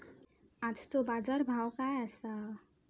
आजचो बाजार भाव काय आसा?